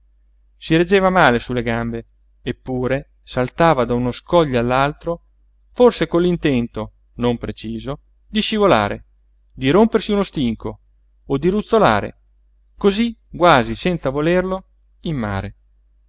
si reggeva male sulle gambe eppure saltava da uno scoglio all'altro forse con l'intento non preciso di scivolare di rompersi uno stinco o di ruzzolare cosí quasi senza volerlo in mare